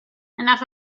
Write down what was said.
enough